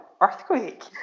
Earthquake